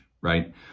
right